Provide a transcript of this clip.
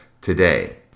today